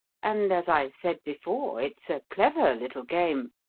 and as i said before, it's a clever little game.